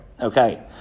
Okay